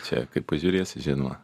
čia kaip pažiūrėsi žinoma